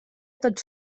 tots